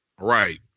Right